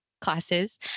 classes